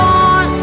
on